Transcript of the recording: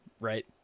Right